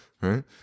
Right